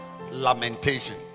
lamentation